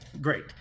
Great